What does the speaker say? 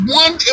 one